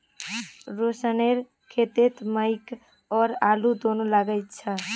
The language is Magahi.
रोशनेर खेतत मकई और आलू दोनो लगइल छ